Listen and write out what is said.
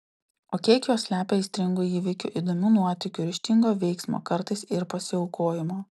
o kiek jos slepia aistringų įvykių įdomių nuotykių ryžtingo veiksmo kartais ir pasiaukojimo